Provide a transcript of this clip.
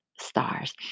stars